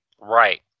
Right